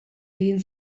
egin